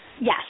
Yes